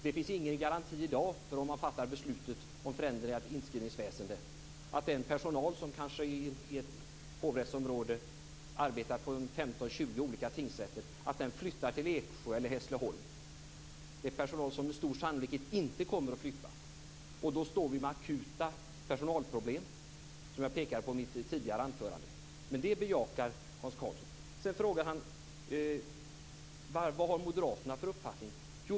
Det finns ingen garanti i dag, om man fattar beslut om förändringar av inskrivningsväsendet, för att den personal som i ett hovrättsområde kanske arbetar på 15-20 olika tingsrätter flyttar till Eksjö eller Hässleholm. Det är personal som med stor sannolikhet inte kommer att flytta. Då står vi med akuta personalproblem, som jag pekade på i mitt tidigare anförande. Men det bejakar Hans Karlsson. Sedan frågade han vad moderaterna har för uppfattning.